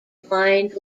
blind